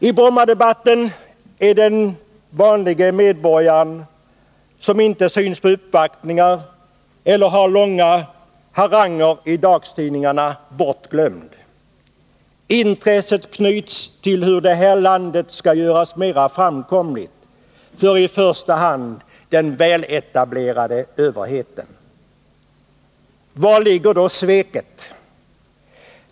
I Brommadebatten är den vanlige medborgaren som inte syns på uppvaktningar eller har långa haranger i dagstidningarna bortglömd. Intresset knyts till hur det här landet skall göras mer framkomligt för i första hand den väletablerade överheten. Var ligger då sveket?